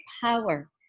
power